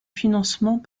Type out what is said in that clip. financement